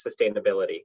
sustainability